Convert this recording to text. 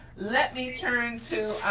let me turn to